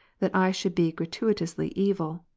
that i should be gratuitously evil,